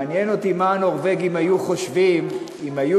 מעניין אותי מה הנורבגים היו חושבים אם היו